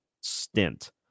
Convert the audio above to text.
stint